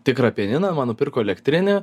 tikrą pianiną man nupirko elektrinį